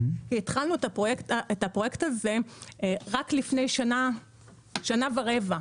התחלנו את הפרויקט הזה רק לפני שנה ורבע.